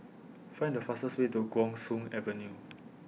Find The fastest Way to Guan Soon Avenue